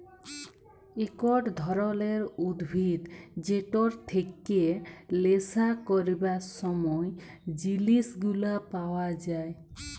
একট ধরলের উদ্ভিদ যেটর থেক্যে লেসা ক্যরবার সব জিলিস গুলা পাওয়া যায়